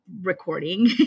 recording